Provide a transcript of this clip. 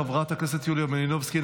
חברת הכנסת יוליה מלינובסקי,